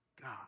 God